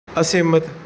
ਅਸਹਿਮਤ